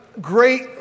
Great